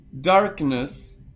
darkness